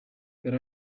that